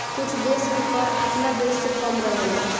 कुछ देश के कर आपना देश से कम रहेला